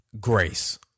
Grace